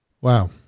wow